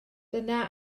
dyna